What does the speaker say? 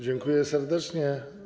Dziękuję serdecznie.